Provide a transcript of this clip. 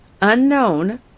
unknown